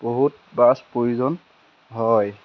বহুত ব্ৰাছ প্ৰয়োজন হয়